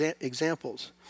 examples